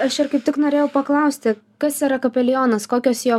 aš ir kaip tik norėjau paklausti kas yra kapelionas kokios jo